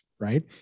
right